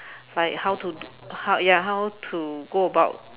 like how to do how ya how to go about